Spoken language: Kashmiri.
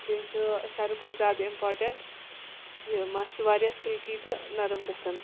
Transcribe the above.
بٚییہِ چھُ ساروی کھۄتہٕ زیادٕ اِمپاٹنٛٹ یہِ مَس چھُ واریاہ سِلکی تہٕ نَرٕم گژھان